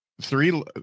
three